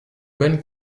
bonne